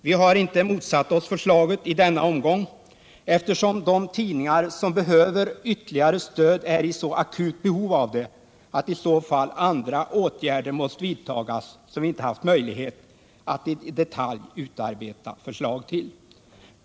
Vi har inte motsatt oss förslaget i denna omgång, eftersom de tidningar som behöver ytterligare stöd är i så akut behov av det att i så fall andra åtgärder måste vidtagas, som vi inte har haft möjlighet att i detalj utarbeta förslag till.